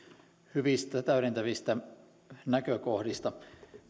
hyvistä täydentävistä näkökohdista